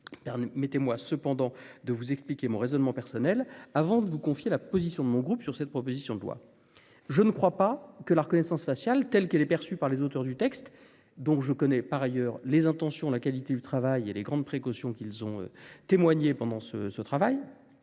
Permettez-moi de vous expliquer mon raisonnement personnel avant de vous confier la position de mon groupe sur cette proposition de loi. Je ne crois pas que la reconnaissance faciale, telle qu'elle est perçue par les auteurs du texte, dont je connais les intentions, la qualité du travail et le souci de prendre de grandes